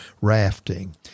rafting